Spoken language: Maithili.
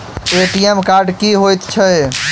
ए.टी.एम कार्ड की हएत छै?